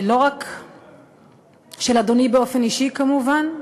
לא רק של אדוני באופן אישי כמובן,